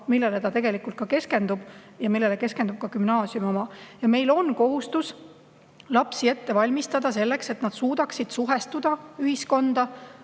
inimeseõpetuse õppekava keskendub ja millele keskendub ka gümnaasiumi oma. Meil on kohustus lapsi ette valmistada selleks, et nad suudaksid suhestuda ühiskonda,